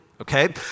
okay